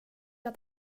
att